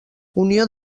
unió